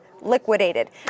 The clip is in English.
liquidated